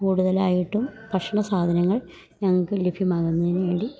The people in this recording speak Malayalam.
കൂടുതലായിട്ടും ഭക്ഷണ സാധനങ്ങൾ ഞങ്ങൾക്ക് ലഭ്യമാകുന്നതിനു വേണ്ടി